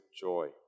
joy